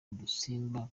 udusimba